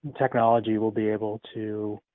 technology will be able to,